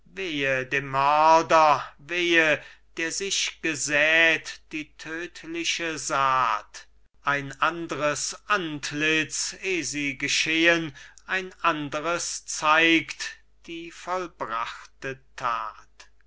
wehe der sich gesät die tödtliche saat ein andres antlitz eh sie geschehen ein anderes zeigt die vollbrachte that